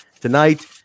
tonight